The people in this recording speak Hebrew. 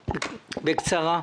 בבקשה, בקצרה.